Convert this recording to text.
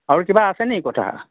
আৰু কিবা আছে নেকি কথা